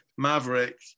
Maverick